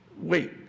Wait